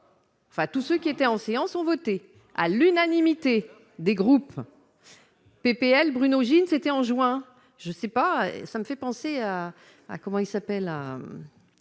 Enfin, tout ce qui était en séance, ont voté à l'unanimité des groupes PPL Bruno Jin, c'était en juin, je sais pas, ça me fait penser à à, comment il s'appelle à